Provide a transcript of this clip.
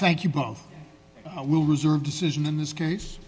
thank you both i will reserve decision in this case